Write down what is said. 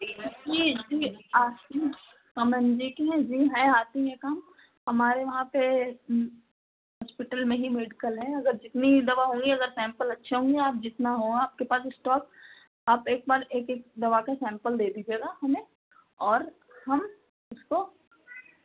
जी जी जी M D किए हैं जी आती है काम हमारे वहाँ पे हॉस्पिटल में ही मेडिकल है अगर जितनी दवा होंगी अगर सैंपल अच्छे होंगे आप जितना हो आपके पास स्टॉक अप एक बार एक एक दवा का सैंपल दे दीजिएगा हमें और हम उसको